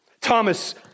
Thomas